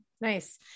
Nice